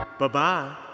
Bye-bye